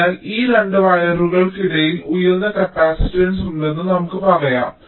അതിനാൽ ഈ 2 വയറുകൾക്കിടയിൽ ഉയർന്ന കപ്പാസിറ്റൻസ് ഉണ്ടെന്ന് നമുക്ക് പറയാം